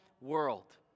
world